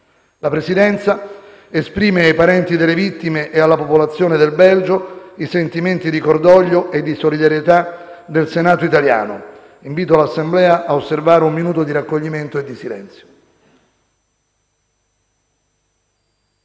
La Presidenza esprime ai parenti delle vittime e alla popolazione del Belgio i sentimenti di cordoglio e di solidarietà del Senato italiano. Invito l'Assemblea a osservare un minuto di raccoglimento e di silenzio.